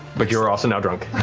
but you're also now drunk.